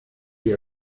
the